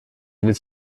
with